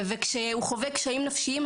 כשהוא חווה קשיים נפשיים,